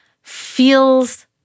feels